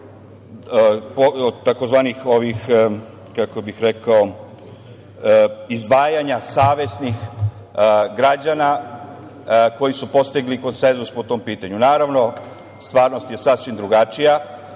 dobrovoljnih priloga i tzv. izdvajanja savesnih građana koji su postigli konsenzus po tom pitanju. Naravno, stvarnost je sasvim drugačija